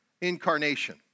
incarnation